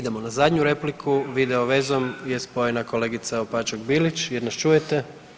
Idemo na zadnju repliku, video vezom je spojena kolegica Opačak Bilić, jel nas čujete?